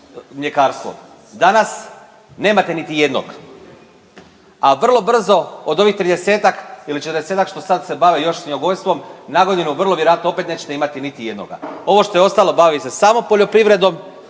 Danas nemate niti jednog, a vrlo brzo od ovih 30-ak ili 40-ak što sad se bave još svinjogojstvom, nagodinu, vrlo vjerojatno opet nećete imati niti jednoga. Ovo što je ostalo bavi se samo poljoprivredom